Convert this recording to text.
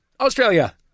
Australia